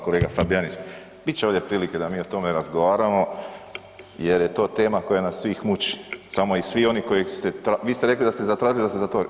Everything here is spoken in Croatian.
Kolega Fabijanić bit će ovdje prilike da mi o tome razgovaramo jer je to tema koja nas svih muči, samo i svi onih koji se, vi ste rekli da ste zatražili da se zatvori.